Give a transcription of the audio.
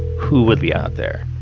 who would be out there?